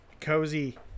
cozy